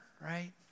right